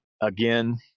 Again